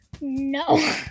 No